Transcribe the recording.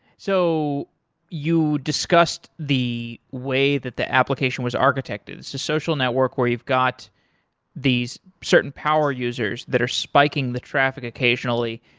so you discussed the way that the application was architected. it's a social network where you've got these certain power users that are spiking the traffic occasionally.